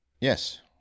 Yes